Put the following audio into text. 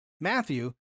Matthew